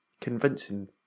convincing